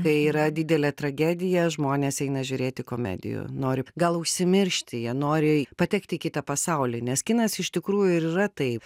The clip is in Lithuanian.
kai yra didelė tragedija žmonės eina žiūrėti komedijų nori gal užsimiršti jie nori patekt į kitą pasaulį nes kinas iš tikrųjų ir yra tai